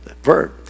verb